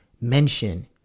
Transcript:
mention